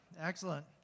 Excellent